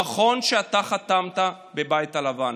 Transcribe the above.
נכון שאתה חתמת בבית הלבן,